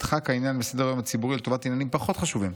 נדחק העניין מסדר-היום הציבורי לטובת עניינים פחות חשובים?